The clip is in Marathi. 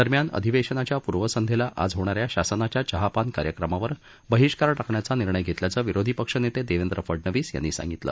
दरम्यान अधिवेशनाच्या पूर्वसंध्येला आज होणाऱ्या शासनाच्या चहापान कार्यक्रमावर बहिष्कार टाकण्याचा निर्णय घेतल्याचं विरोधी पक्षनेते देवेंद्र फडनवीस यांनी सांगितलं